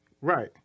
Right